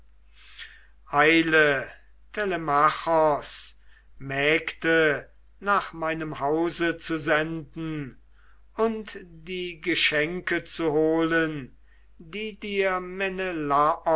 eile telemachos mägde nach meinem hause zu senden um die geschenke zu holen die